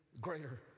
greater